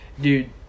dude